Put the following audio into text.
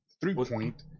three-point